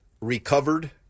recovered